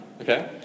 Okay